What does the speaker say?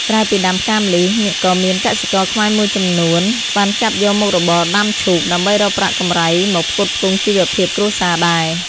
ក្រៅពីដាំផ្កាម្លិះ ក៏មានកសិករខ្មែរមួយចំនួនបានចាប់យកមុខរបរដាំឈូក ដើម្បីរកប្រាក់កម្រៃមកផ្គត់ផ្គង់ជីវភាពគ្រួសារដែរ ។